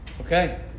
Okay